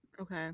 Okay